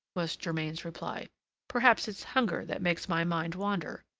was germain's reply perhaps it's hunger that makes my mind wander.